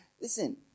listen